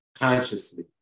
consciously